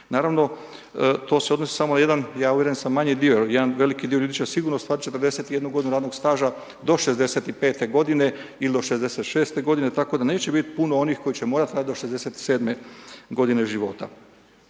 Naravno, to se odnosi na samo jedan, ja uvjeren sam, manji dio jer jedan veliki dio ljudi će sigurno sa 41 g. radnog staža do 65 g. ili do 66 g., tako da neće biti puno onih koji neće morati raditi do 67 g. života.